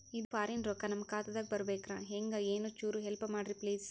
ಇದು ಫಾರಿನ ರೊಕ್ಕ ನಮ್ಮ ಖಾತಾ ದಾಗ ಬರಬೆಕ್ರ, ಹೆಂಗ ಏನು ಚುರು ಹೆಲ್ಪ ಮಾಡ್ರಿ ಪ್ಲಿಸ?